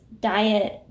diet